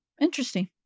Interesting